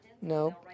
No